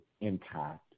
impact